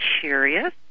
curious